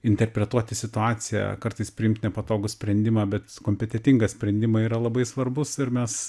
interpretuoti situaciją kartais priimt nepatogų sprendimą bet kompetetingą sprendimą yra labai svarbus ir mes